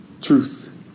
truth